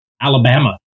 Alabama